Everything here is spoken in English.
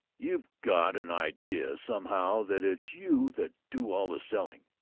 you've got an idea somehow that it's you that do all the selling.